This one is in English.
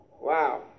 Wow